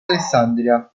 alessandria